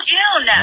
June